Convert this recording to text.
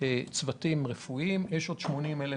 צוותים רפואיים, יש עוד 80,000,